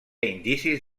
indicis